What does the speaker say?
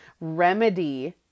remedy